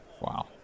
wow